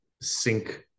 sync